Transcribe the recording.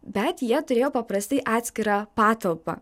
bet jie turėjo paprastai atskirą patalpą